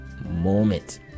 moment